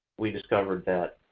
we discovered that